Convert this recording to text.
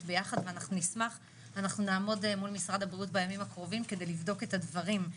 ביחד ואחנו נשמח ואנחנו נעמוד איתם בימים הקרובים כדי לבדוק את הדברים.